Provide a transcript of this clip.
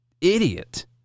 idiot